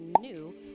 new